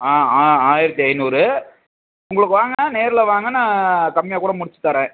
ஆ ஆ ஆயிரத்தி ஐந்நூறு உங்களுக்கு வாங்கினா நேர்ல வாங்க நான் கம்மியாக கூட முடிச்சுத் தர்றேன்